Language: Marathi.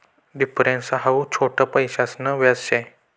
डिफरेंस हाऊ छोट पैसासन व्याज शे